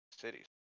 cities